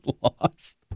lost